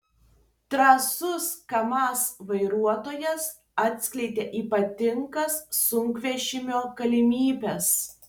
drąsus kamaz vairuotojas atskleidė ypatingas sunkvežimio galimybes